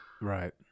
Right